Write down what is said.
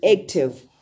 active